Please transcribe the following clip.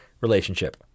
relationship